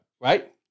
Right